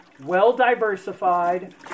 well-diversified